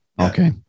Okay